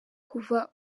kuva